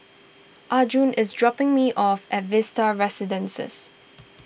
Arjun is dropping me off at Vista Residences